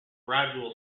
gradual